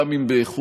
גם אם באיחור,